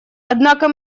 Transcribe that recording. однако